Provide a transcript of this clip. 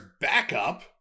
backup